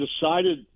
decided